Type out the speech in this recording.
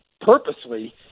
purposely